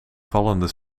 vallende